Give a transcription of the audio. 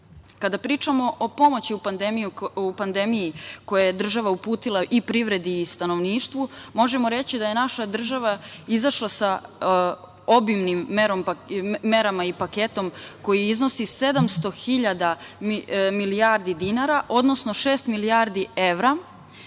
pričamo o pomoći u pandemiji koja je država uputila i privredi i stanovništvu, možemo reći da je naša država izašla sa obimnim merama i paketom koji iznosi 700 hiljada milijardi dinara, odnosno šest milijardi evra.